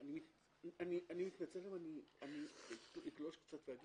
אני מתנצל אם אגלוש קצת.